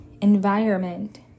environment